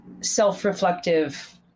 self-reflective